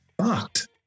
fucked